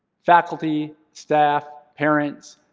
faculty, staff, parents,